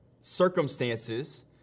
circumstances